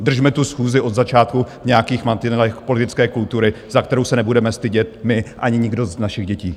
Držme tu schůzi od začátku v nějakých mantinelech politické kultury, za kterou se nebudeme stydět my ani nikdo z našich dětí.